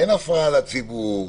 אין הפרעה לציבור.